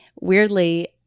weirdly